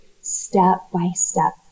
Step-by-step